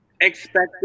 expected